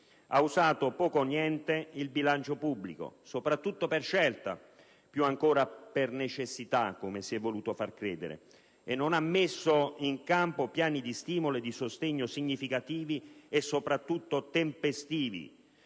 ha usato poco o niente il bilancio pubblico, soprattutto per scelta, più ancora che per necessità (come si è voluto far credere), e non ha messo in campo piani di stimolo e di sostegno significativi e, soprattutto, tempestivi.